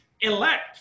elect